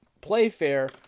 Playfair